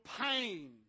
pain